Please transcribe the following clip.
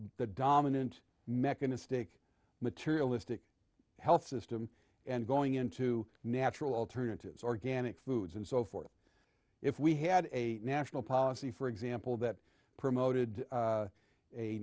the dominant mechanistic materialistic health system and going into natural alternatives organic foods and so forth if we had a national policy for example that promoted